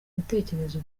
gutekereza